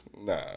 Nah